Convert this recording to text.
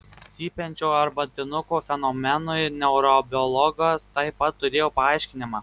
cypiančio arbatinuko fenomenui neurobiologas taip pat turėjo paaiškinimą